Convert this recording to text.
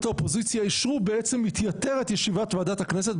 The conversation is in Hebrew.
האופוזיציה אישרו בעצם מתייתרת ישיבת ועדת הכנסת.